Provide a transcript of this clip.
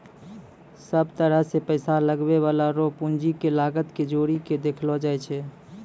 सब तरह से पैसा लगबै वाला रो पूंजी के लागत के जोड़ी के देखलो जाय छै